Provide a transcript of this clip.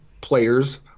players